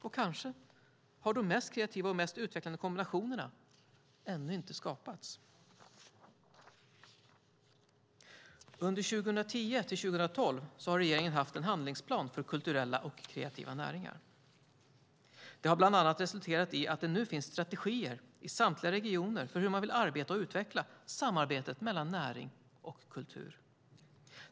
Och kanske har de mest kreativa och mest utvecklande kombinationerna ännu inte skapats. Under 2010-2012 har regeringen haft en handlingsplan för kulturella och kreativa näringar. Det har bland annat resulterat i att det nu finns strategier i samtliga regioner för hur man vill arbeta och utveckla samarbetet mellan näring och kultur.